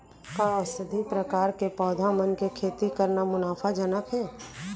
का औषधीय प्रकार के पौधा मन के खेती करना मुनाफाजनक हे?